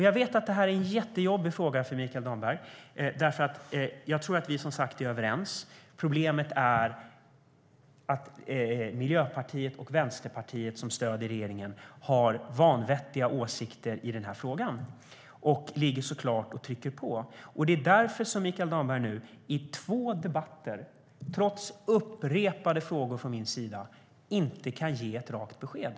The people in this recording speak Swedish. Jag vet att detta är en jättejobbig fråga för Mikael Damberg. Jag tror som sagt att vi är överens, men problemet är att Miljöpartiet och Vänsterpartiet, som stöder regeringen, har vanvettiga åsikter i den här frågan. De ligger såklart och trycker på. Det är därför som Mikael Damberg nu i två debatter, trots upprepade frågor från min sida, inte kan ge ett rakt besked.